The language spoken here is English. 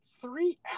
three